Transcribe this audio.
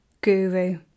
guru